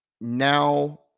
Now